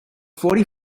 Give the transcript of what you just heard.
forty